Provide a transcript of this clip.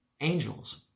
angels